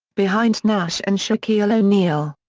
behind nash and shaquille o'neal.